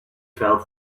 felt